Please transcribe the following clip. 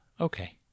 Okay